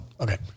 okay